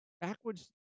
backwards